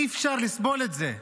אי-אפשר לסבול את זה.